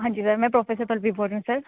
हां जी सर में प्रोफेसर प्रवीण बोल रही हूं सर